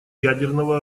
ядерного